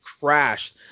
crashed